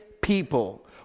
people